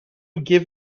give